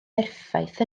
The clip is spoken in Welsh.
berffaith